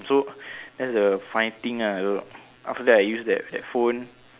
so that's the funny thing ah so after that I use that that phone